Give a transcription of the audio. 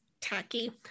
tacky